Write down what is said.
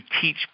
teach